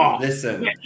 listen